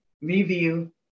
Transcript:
review